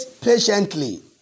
patiently